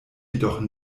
jedoch